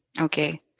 Okay